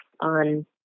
on